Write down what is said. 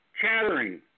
chattering